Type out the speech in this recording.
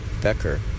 Becker